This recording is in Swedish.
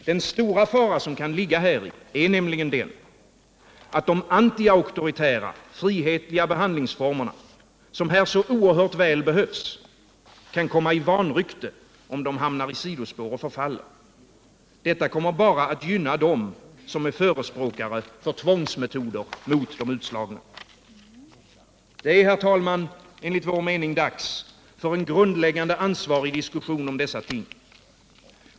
Den stora fara som ligger häri är nämligen att de anti-auktoritära, frihetliga behandlingsformer som här så oerhört väl behövs kan komma i vanrykte, om de hamnar i sidospår och förfaller. Detta kommer bara att gynna dem som är förespråkare för tvångsmetoder mot de utslagna. Det är, herr talman, enligt vår mening dags för en grundläggande ansvarig diskussion om dessa ting.